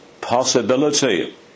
possibility